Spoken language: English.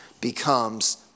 becomes